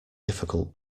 difficult